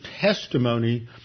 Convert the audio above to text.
testimony